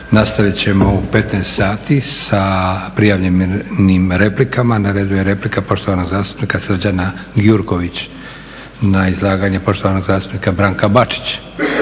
Nastavit ćemo u 15 sati sa prijavljenim replikama. Na redu je replika poštovanog zastupnika Srđana Gjurković na izlaganje poštovanog zastupnika Branka Bačić.